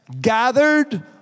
Gathered